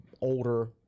older